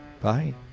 Bye